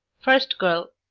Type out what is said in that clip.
first girl.